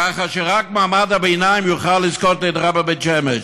כך שרק מעמד הביניים יוכל לזכות בדירה בבית שמש.